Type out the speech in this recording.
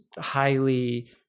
highly